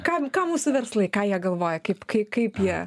kam ką mūsų verslai ką jie galvoja kaip kai kaip jie